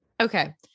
Okay